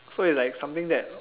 so is like something that